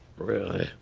really?